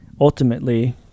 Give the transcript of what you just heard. ultimately—